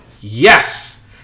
Yes